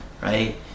right